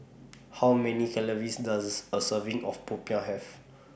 How Many Calories Does A Serving of Popiah Have